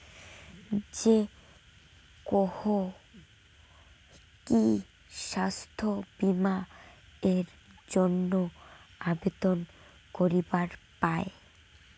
যে কাহো কি স্বাস্থ্য বীমা এর জইন্যে আবেদন করিবার পায়?